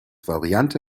variante